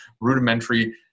rudimentary